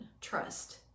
trust